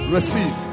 Receive